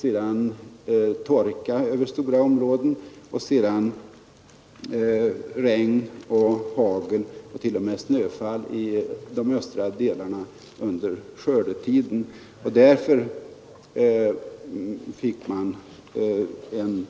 Sedan var det torka över stora områden. Och sedan regn och hagel och t.o.m. snöfall i de östra delarna under skördetiden. Därför fick man en